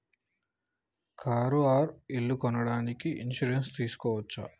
Car or ఇల్లు కొనడానికి insurance తీస్కోవచ్చా?